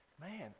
man